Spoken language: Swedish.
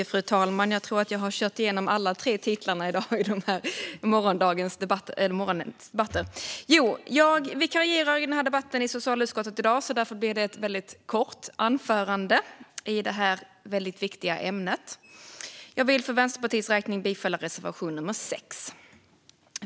Fru talman! Jag tror att jag har kört igenom alla tre titlar under morgonens debatter. Jag vikarierar i denna debatt i dag om socialutskottets betänkande. Därför blir det ett väldigt kort anförande i detta väldigt viktiga ämne. Jag vill för Vänsterpartiets räkning yrka bifall till reservation nummer 6.